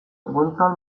gontzal